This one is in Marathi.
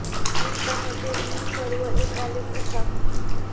वित्तामधे यील्ड कर्व एक आलेख असा